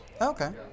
Okay